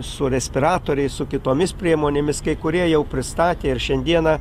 su respiratoriais su kitomis priemonėmis kai kurie jau pristatė ir šiandieną